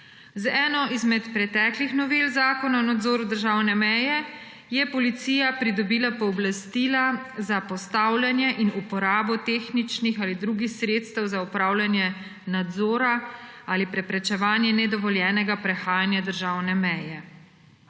Z eno izmed preteklih novel Zakona o nadzoru državne meje je policija pridobila pooblastila za postavljanje in uporabo tehničnih ali drugih sredstev za opravljanje nadzora ali preprečevanje nedovoljenega prehajanja državne meje.